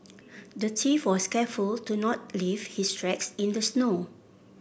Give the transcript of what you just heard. the thief was careful to not leave his tracks in the snow